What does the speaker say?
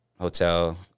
hotel